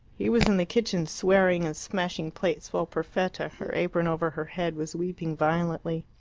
he was in the kitchen, swearing and smashing plates, while perfetta, her apron over her head, was weeping violently.